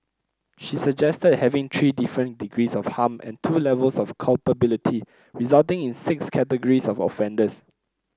she suggested having three different degrees of harm and two levels of culpability resulting in six categories of offenders